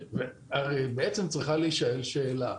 צריכה להישאל שאלה,